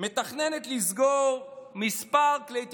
מתכננת לסגור מספר כלי תקשורת.